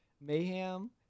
Mayhem